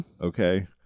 okay